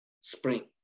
spring